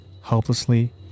helplessly